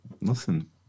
Listen